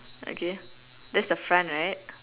okay that's the front right